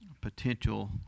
potential